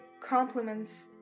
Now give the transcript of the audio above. compliments